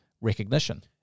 recognition